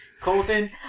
Colton